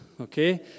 Okay